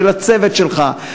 של הצוות שלך,